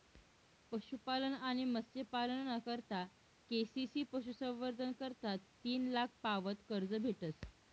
पशुपालन आणि मत्स्यपालना करता के.सी.सी पशुसंवर्धन करता तीन लाख पावत कर्ज भेटस